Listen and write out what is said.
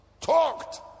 Talked